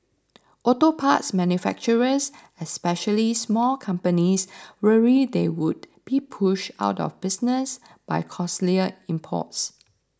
auto parts manufacturers especially small companies worry they would be pushed out of business by costlier imports